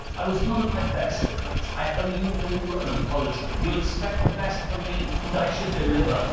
i was not at my best tonight. i owe you all an apology. you expect the best from me and i should deliver.